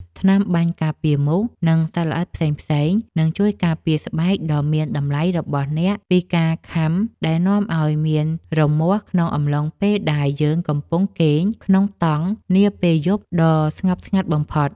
ថ្នាំបាញ់ការពារមូស និង សត្វល្អិតផ្សេងៗនឹងជួយការពារស្បែកដ៏មានតម្លៃរបស់អ្នកពីការខាំដែលនាំឱ្យមានរមាស់ក្នុងអំឡុងពេលដែលយើងកំពុងគេងក្នុងតង់នាពេលយប់ដ៏ស្ងប់ស្ងាត់បំផុត។